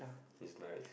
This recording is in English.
it's nice